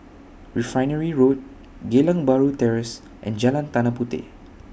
Refinery Road Geylang Bahru Terrace and Jalan Tanah Puteh